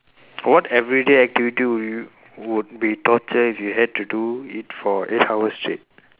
what everyday activity would you would be torture if you had to do it for eight hour straight